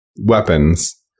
weapons